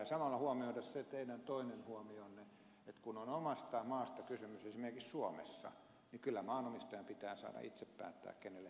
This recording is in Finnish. mutta samalla tulee huomioida se teidän toinen huomionne kun on omasta maasta kysymys esimerkiksi suomessa että kyllä maanomistajan pitää saada itse päättää kenelle hän sen myy kunhan sen tekee vain lain ja asetusten mukaisesti